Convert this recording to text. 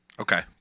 Okay